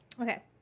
Okay